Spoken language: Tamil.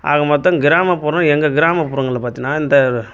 ஆக மொத்தம் கிராமப்புறம் எங்கே கிராமப்புறங்களில் பார்த்தீனா இந்த